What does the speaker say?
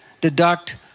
deduct